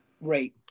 Right